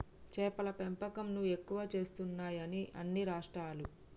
చేపల పెంపకం ను ఎక్కువ చేస్తున్నాయి అన్ని రాష్ట్రాలు